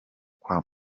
kwa